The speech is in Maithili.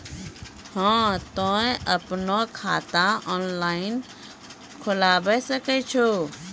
हाँ तोय आपनो खाता ऑनलाइन खोलावे सकै छौ?